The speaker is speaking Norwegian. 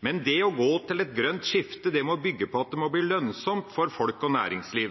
Å gå til et grønt skifte må bygge på at det må bli lønnsomt for folk og næringsliv.